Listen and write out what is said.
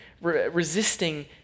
resisting